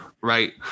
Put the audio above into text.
right